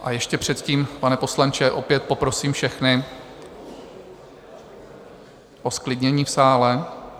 A ještě předtím, pane poslanče, opět poprosím všechny o zklidnění v sále.